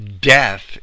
death